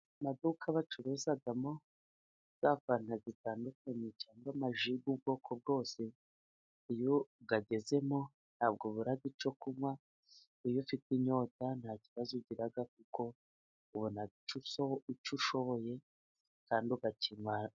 Amaduka bacuruzamo za fanta zitandukanye, cyangwa amaji y'ubwoko bwose, iyo wagezemo ntabwo bura icyo kunywa, iyo ufite inyota nta kibazo ugira kuko ubona icyo ushoboye kandi akimara.